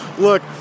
look